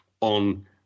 on